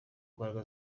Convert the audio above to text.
mbaraga